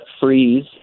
freeze